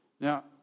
Now